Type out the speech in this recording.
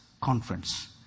conference